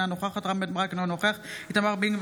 אינה נוכחת זאב אלקין,